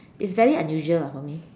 it's very unusual lah for me